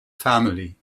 family